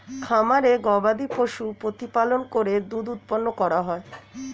খামারে গবাদিপশু প্রতিপালন করে দুধ উৎপন্ন করা হয়